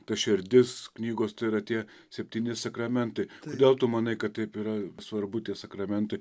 ta širdis knygos tai yra tie septyni sakramentai kodėl tu manai kad taip yra svarbu tie sakramentai